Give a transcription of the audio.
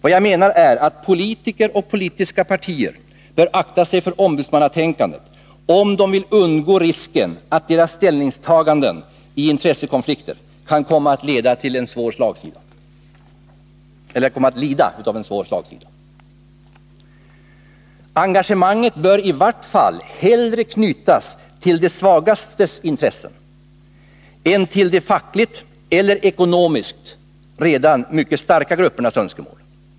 Vad jag menar är, att politiker och politiska partier bör akta sig för ombudsmannatänkandet, om de vill undgå risken att deras ställningstaganden i intressekonflikter kan komma att lida av en svår slagsida. Engagemanget bör i vart fall hellre knytas till de svagastes intressen än till de fackligt eller ekonomiskt redan mycket starka gruppernas önskemål.